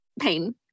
pain